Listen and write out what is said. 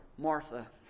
Martha